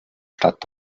stadt